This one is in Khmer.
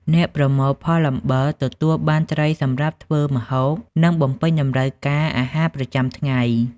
អ្នកប្រមូលផលអំបិលទទួលបានត្រីសម្រាប់ធ្វើម្ហូប និងបំពេញតម្រូវការអាហារប្រចាំថ្ងៃ។